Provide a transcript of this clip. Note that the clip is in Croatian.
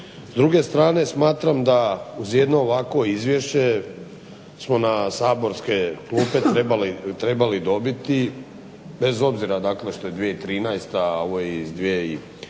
S druge strane smatram da uz jedno ovakvo izvješće smo na saborske klupe trebali dobiti bez obzira dakle što je 2013., a ovo je iz 2011.